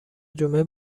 جمعه